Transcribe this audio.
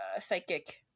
psychic